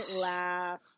laugh